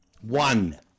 one